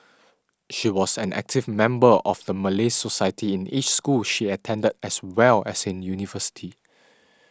she was an active member of the Malay Society in each school she attended as well as in university